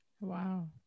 Wow